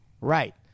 Right